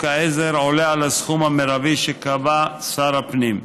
העזר עולה על הסכום המרבי שקבע שר הפנים.